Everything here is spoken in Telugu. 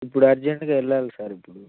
ఇప్పుడు అర్జెంట్గా వెళ్ళాలి సార్ ఇప్పుడు